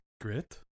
Grit